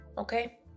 Okay